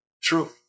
True